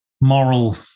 moral